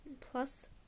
plus